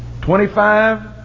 Twenty-five